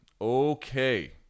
Okay